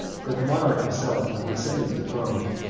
but the monarch himself, when he ascended the throne,